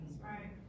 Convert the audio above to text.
Right